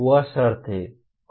वह शर्त है